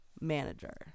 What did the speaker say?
Manager